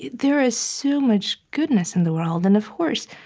there is so much goodness in the world. and, of course,